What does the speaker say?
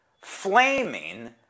flaming